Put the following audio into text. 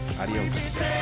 Adios